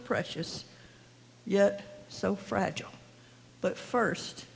precious yet so fragile but first